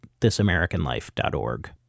thisamericanlife.org